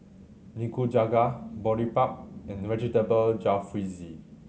Nikujaga Boribap and Vegetable Jalfrezi